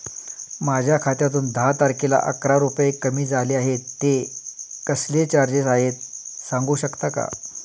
माझ्या खात्यातून दहा तारखेला अकरा रुपये कमी झाले आहेत ते कसले चार्जेस आहेत सांगू शकता का?